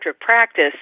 practice